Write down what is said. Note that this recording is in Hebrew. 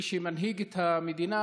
מי שמנהיג את המדינה,